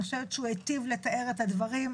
אני חושבת שהוא היטיב לתאר את הדברים,